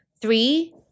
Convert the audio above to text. Three